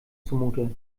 zumute